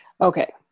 Okay